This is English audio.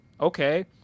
okay